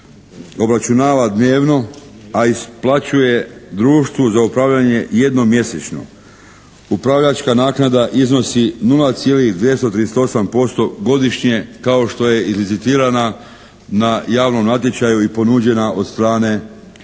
obračunava dnevno, a isplaćuje društvu za upravljanje jednom mjesečno. Upravljačka naknada iznosi 0,238% godišnje kao što je izlicitirana na javnom natječaju i ponuđena od strane društva